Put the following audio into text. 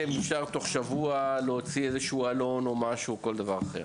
אם אפשר תוך שבוע להוציא איזה שהוא עלון או כל דבר אחר.